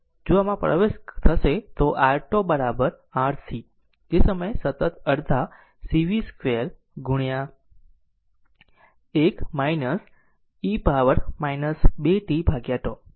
જો આમાં પ્રવેશ થશે તો R τ RC તે સમયે સતત અડધા c v 0 2 1 e પાવર પર આવશે 2 t τ